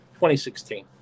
2016